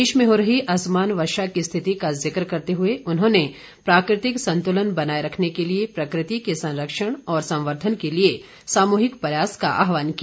देश में हो रही असमान वर्षा की स्थिति का ज़िक्र करते हुए उन्होंने प्राकृतिक संतुलन बनाए रखने के लिए प्रकृति के संरक्षण और संवर्द्वन के लिए सामूहिक प्रयास का आहवान किया